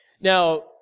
Now